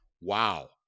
Wow